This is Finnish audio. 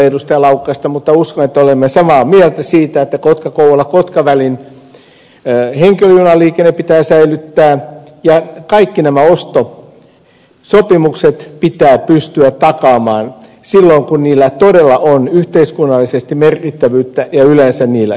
laukkasta mutta uskon että olemme samaa mieltä siitä että kotkakouvolakotka välin henkilöjunaliikenne pitää säilyttää ja kaikki nämä ostosopimukset pitää pystyä takaamaan silloin kun niillä todella on yhteiskunnallisesti merkittävyyttä ja yleensä niillä sitä on